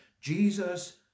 Jesus